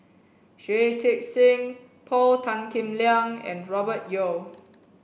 Shui Tit Sing Paul Tan Kim Liang and Robert Yeo